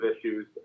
issues